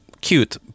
cute